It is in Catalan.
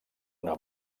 una